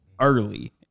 early